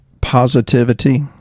positivity